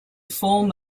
form